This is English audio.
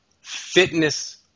fitness